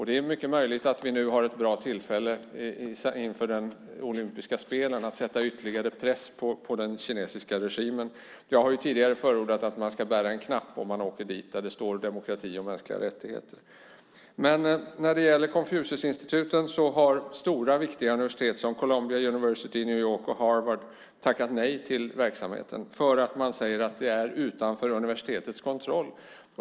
Det är mycket möjligt att vi nu inför de olympiska spelen har ett bra tillfälle att sätta ytterligare press på den kinesiska regimen. Jag har ju tidigare förordat att man ska sätta på sig en knapp om man åker dit där det står "Demokrati och mänskliga rättigheter". När det gäller Konfuciusinstituten har stora och viktiga universitet som Columbia University i New York och Harvard tackat nej till verksamheten för att man säger att den ligger utanför universitetets kontroll.